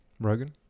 Rogan